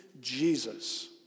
Jesus